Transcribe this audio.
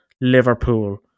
Liverpool